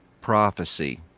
prophecy